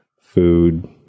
food